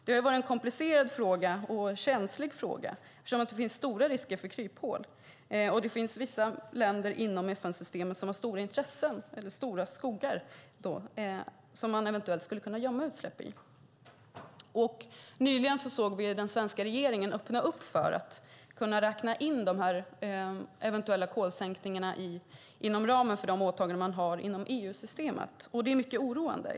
Det har varit en komplicerad och känslig fråga där det finns stora risker för kryphål, och det finns vissa länder inom FN-systemet som har stora skogar som man eventuellt skulle kunna gömma utsläpp i. Nyligen såg vi den svenska regeringen öppna upp för att kunna räkna in de eventuella kolsänkningarna inom ramen för åtagandena inom EU-systemet. Det är mycket oroande.